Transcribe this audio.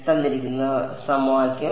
ക്ഷമിക്കണം